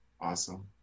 awesome